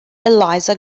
eliza